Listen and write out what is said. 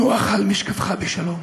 נוח על משכבך בשלום.